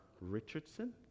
Richardson